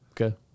Okay